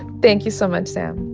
thank you so much, sam